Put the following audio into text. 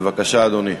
בבקשה, אדוני.